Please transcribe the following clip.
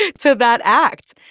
to so that act.